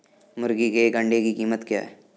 मुर्गी के एक अंडे की कीमत क्या है?